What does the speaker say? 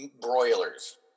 broilers